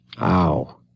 Ow